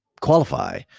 qualify